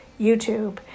YouTube